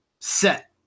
set